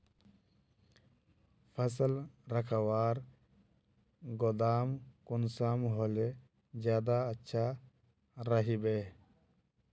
फसल रखवार गोदाम कुंसम होले ज्यादा अच्छा रहिबे?